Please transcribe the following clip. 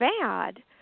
bad